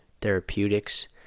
Therapeutics